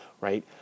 right